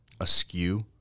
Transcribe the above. askew